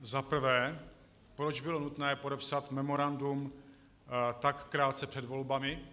Za prvé, proč bylo nutné podepsat memorandum tak krátce před volbami.